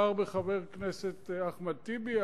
מדובר בחבר הכנסת אחמד טיבי.